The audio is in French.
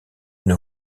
une